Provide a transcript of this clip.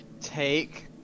take